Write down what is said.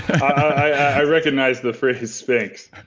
i recognize the phrase spanx